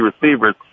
receivers